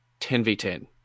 10v10